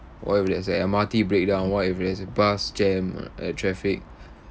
what if there's a M_R_T breakdown what if there's a bus jam uh traffic